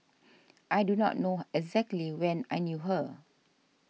I do not know exactly when I knew her